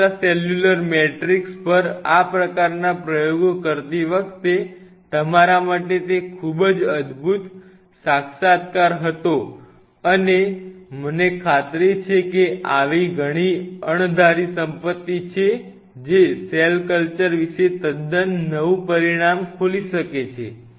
extra cellular matrix પર આ પ્રકારના પ્રયોગો કરતી વખતે તમારા માટે તે ખૂબ જ અદભૂત સાક્ષાત્કાર હતો અને મને ખાતરી છે કે આવી ઘણી અણધારી સંપત્તિ છે જે સેલ કલ્ચર વિશે તદ્દન નવું પરિમાણ ખોલી શકે છે